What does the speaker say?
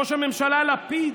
ראש הממשלה לפיד,